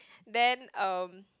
then um